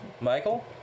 Michael